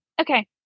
okay